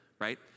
right